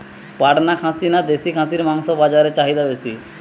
পাটনা খাসি না দেশী খাসির মাংস বাজারে চাহিদা বেশি?